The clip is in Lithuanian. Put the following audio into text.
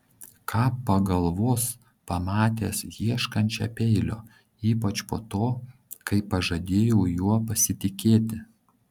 ką pagalvos pamatęs ieškančią peilio ypač po to kai pažadėjau juo pasitikėti